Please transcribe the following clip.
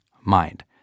mind